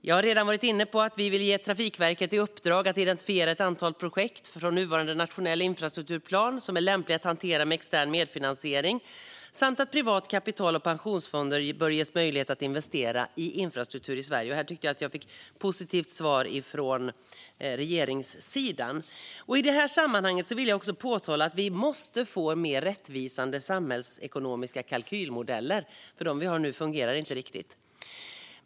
Jag har redan varit inne på att vi vill ge Trafikverket i uppdrag att identifiera ett antal projekt från nuvarande nationell infrastrukturplan som är lämpliga att hantera med extern medfinansiering. Privat kapital och pensionsfonder bör ges möjlighet att investera i infrastruktur i Sverige. Här tycker jag att jag fick ett positivt svar från regeringssidan. I det här sammanhanget vill jag också påtala att vi måste få mer rättvisande samhällsekonomiska kalkylmodeller. De vi har nu fungerar inte riktigt.